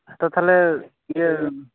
ᱦᱮᱸ ᱛᱚ ᱛᱟᱦᱞᱮ ᱤᱭᱟᱹ